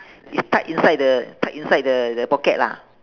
is tuck inside the tuck inside the the pocket lah